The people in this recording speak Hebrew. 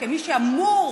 כמי שאמור